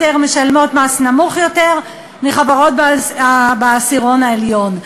משלמות מס נמוך יותר מחברות בעשירון העליון.